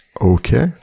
Okay